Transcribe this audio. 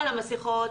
על המסכות,